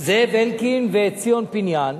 זאב אלקין וציון פיניאן